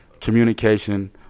communication